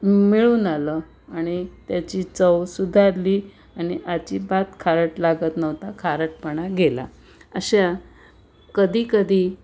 मिळून आलं आणि त्याची चव सुधारली आणि अजिबात खारट लागत नव्हता खारटपणा गेला अशा कधीकधी